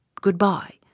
Goodbye